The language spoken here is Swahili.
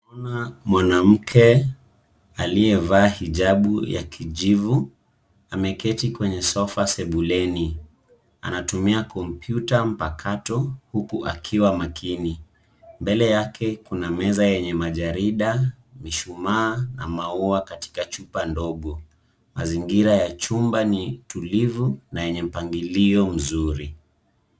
Kuna mwanamke aliyevaa hijabu ya kijivu, Ameketi kwenye sofa sebuleni. Anatumia kompyuta mpakato huku akiwa makini. Mbele yake kuna meza yenye majarida, mishumaa na maua katika chupa ndogo. Mazingira ya chumba ni tulivu na yenye mpangilio mzuri.